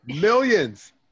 Millions